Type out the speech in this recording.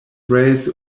rays